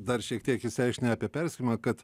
dar šiek tiek išsiaiškinę apie perspėjimą kad